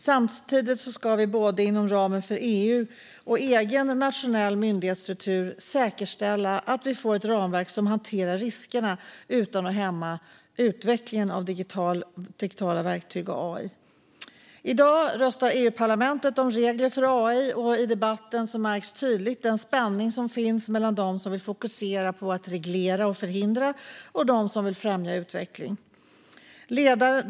Samtidigt ska vi både inom ramen för EU och egen nationell myndighetsstruktur säkerställa att vi får ett ramverk som hanterar riskerna utan att hämma utvecklingen av digitala verktyg och AI. I dag röstar EU-parlamentet om regler för AI, och i debatten märks tydligt den spänning som finns mellan dem som vill fokusera på att reglera och förhindra och dem som vill främja utveckling.